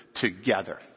together